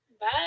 Bye